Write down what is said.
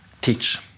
teach